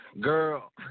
Girl